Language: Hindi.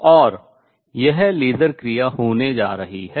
और यह लेसर क्रिया होने जा रही है